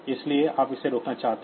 इसलिए आप इसे रोकना चाहते हैं